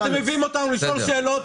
שאתם מביאים אותנו לשאול שאלות,